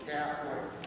Catholic